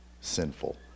sinful